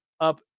up